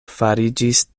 fariĝis